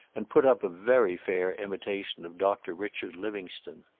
and put up a very fair imitation of doctor richard livingstone.